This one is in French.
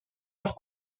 leur